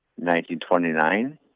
1929